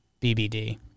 BBD